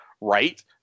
right